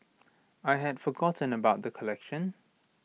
I had forgotten about the collection